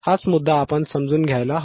हाच मुद्दा आपण समजून घ्यायला हवा